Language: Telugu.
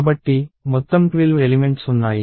కాబట్టి మొత్తం 12 ఎలిమెంట్స్ ఉన్నాయి